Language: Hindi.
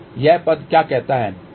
यह पद क्या कहता है